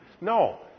No